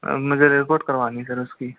मुझे रिपोर्ट करवानी है सर उसकी